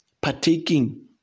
partaking